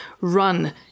run